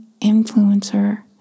influencer